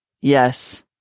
yes